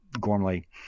Gormley